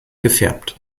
gefärbt